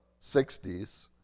60s